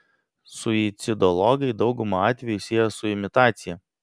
suicidologai daugumą atvejų sieja su imitacija